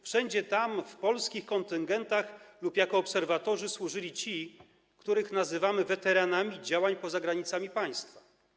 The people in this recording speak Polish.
Wszędzie tam w polskich kontyngentach lub jako obserwatorzy służyli ci, których nazywamy weteranami działań poza granicami państwa.